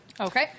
Okay